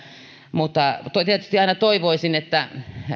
mutta mutta tietysti toivoisin että